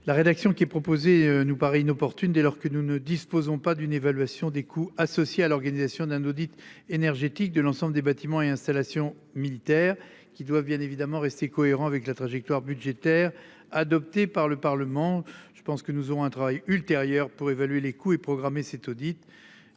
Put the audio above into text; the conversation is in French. la rédaction qui est proposée, nous paraît inopportune dès lors que nous ne disposons pas d'une évaluation des coûts associés à l'organisation d'un audit énergétique de l'ensemble des bâtiments et installations militaires qui doivent bien évidemment rester cohérent avec la trajectoire budgétaire adopté par le Parlement. Je pense que nous on a un travail ultérieur pour évaluer les coûts et programmée cet audit.